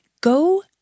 Go